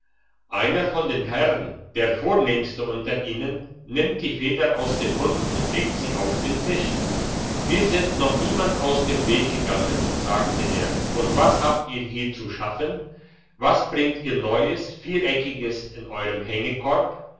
einer von den herrn der vornehmste von ihnen nimmt die feder aus dem mund und legt sie auf den tisch wir sind noch niemand aus dem weg gegangen sagte er und was habt ihr hier zu schaffen was bringt ihr neues viereckigtes in eurem